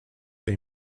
they